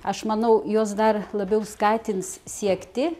aš manau juos dar labiau skatins siekti